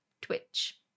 Twitch